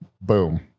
boom